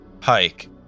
Hike